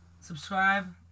subscribe